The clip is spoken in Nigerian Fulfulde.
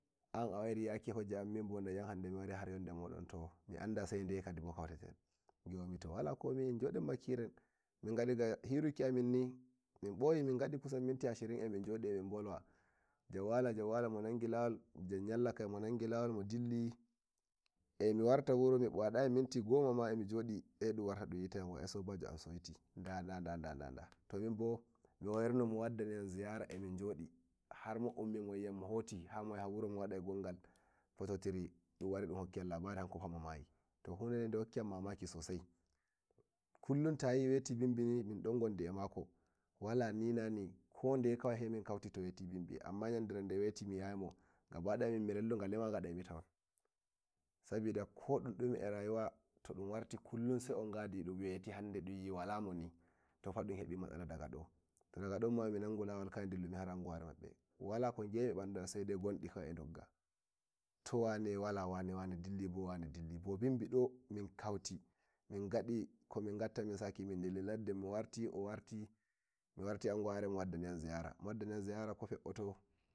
An awairi yaki hoje an to hande kam ɗayam har yonde wuro modon mianda sai ndeye bo koteten bimomi to wala koɗume en yodenma Kiren mingadiga hiru aminni min boyi min gadi kusan mitin ashirin emin njodi emin bolwa jan wala jan wala monangi lawol monangi lawo mo dilli emiwarta wuro mi wadayi ko minti goma sai dun warta dun wi tayanan ai sobajo am saiti da da da to min bo miwairi mo waddanaiyam ziyara eh min jodi har mo ummi mo wiyam mohoti yar moyaha wuro mo wadai gongal fototiri dun wardun hokkigan labari fa momayi to hude de dehokkiyan mamaki sosai kullum tayi wetini mindon ngondi emako wala ni na ni ko ndeye sai min kauti to weti binbi amma nde weti mi yi'ai mo gaba daya mi vallu ngalema ngadaimi sabida ko ɗume e rayuwa to warti kullum sai on ngadi dun dun weti hande walamoni fa dun hebi matsala daga do to daga dun mi ummi nangumi lawo har anguware mabbe wala ko gi'aimi e mbanɗu an kawai ai gonɗi e dogga to wane to wane dilli bo binbi do min kauti min ngadi komin gatta min saki min dilli ladde mi warti or warti anguware o waddani yam ziyara mo waddaniyam ziyara ko fe'oto.